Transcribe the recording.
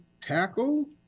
tackle